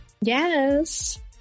Yes